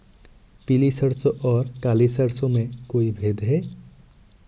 पीली सरसों और काली सरसों में कोई भेद है?